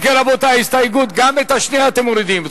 אם כן, רבותי, גם את השנייה אתם מורידים.